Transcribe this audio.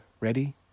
ready